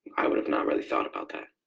i would have not really thought about that.